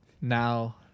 now